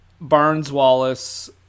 Barnes-Wallace